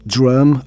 Drum